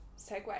segue